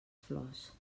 flors